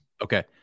Okay